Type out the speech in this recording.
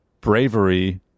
bravery